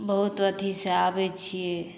बहुत अथीसँ आबै छिए